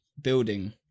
building